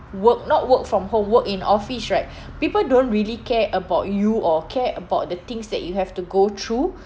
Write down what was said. work not work from home work in office right people don't really care about you or care about the things that you have to go through